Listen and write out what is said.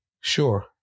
Sure